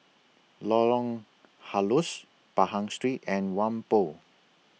Lorong Halus Pahang Street and Whampoa